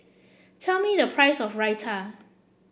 tell me the price of Raita